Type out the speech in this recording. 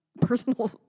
personal